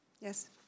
Yes